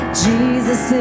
jesus